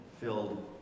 filled